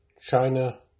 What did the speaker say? China